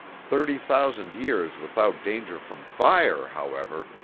thirty thousand years without danger from fire, however,